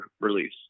release